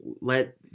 let